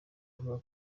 avuga